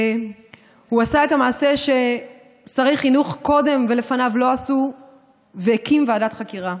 הוא עשה את המעשה ששרי חינוך קודם ולפניו לא עשו והקים ועדת חקירה,